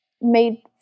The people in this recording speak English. made